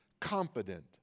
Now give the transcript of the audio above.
confident